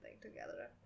together